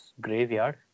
Graveyard